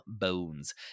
Bones